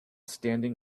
standing